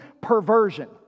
perversion